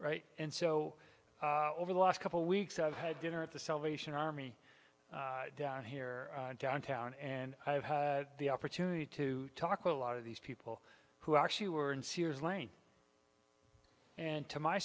and so over the last couple weeks i've had dinner at the salvation army down here downtown and i've had the opportunity to talk with a lot of these people who actually were in sears lane and to my